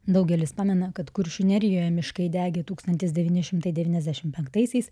daugelis pamena kad kuršių nerijoje miškai degė tūkstantis devyni šimtai devyniasdešimt penktaisiais